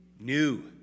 new